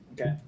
Okay